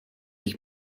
ich